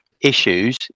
issues